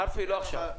ארפי, לא עכשיו.